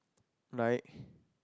right